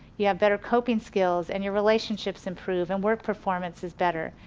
you have better coping skills, and your relationships improve, and work performance is better.